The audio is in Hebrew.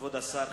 כבוד השר,